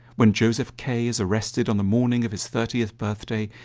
when joseph k is arrested on the morning of his thirtieth birthday,